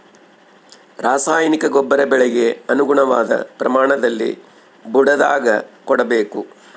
ರಾಸಾಯನಿಕ ಗೊಬ್ಬರ ಬೆಳೆಗೆ ಅನುಗುಣವಾದ ಪ್ರಮಾಣದಲ್ಲಿ ಬುಡದಾಗ ಕೊಡಬೇಕು